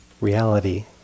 reality